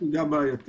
מה אתה מציע?